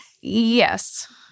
Yes